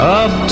up